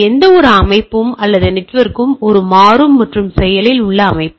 எந்தவொரு அமைப்பும் அல்லது நெட்வொர்க்கும் ஒரு மாறும் மற்றும் செயலில் உள்ள அமைப்பு